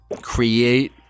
create